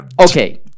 okay